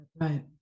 Right